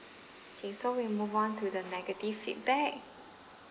okay so we move on to the negative feedback